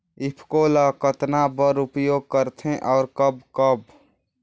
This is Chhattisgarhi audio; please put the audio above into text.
ईफको ल कतना बर उपयोग करथे और कब कब?